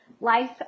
life